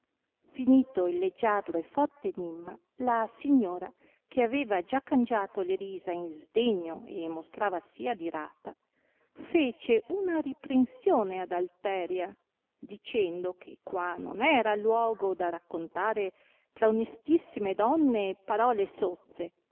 finito il leggiadro e forte enimma la signora che aveva già cangiato le risa in sdegno e mostravasi adirata fece una riprensione ad alteria dicendo che qua non era luogo da raccontare tra onestissime donne parole sozze